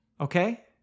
Okay